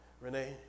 Renee